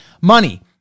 money